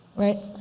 right